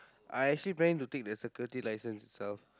I actually planning to take the security license itself